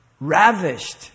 ravished